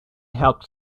helped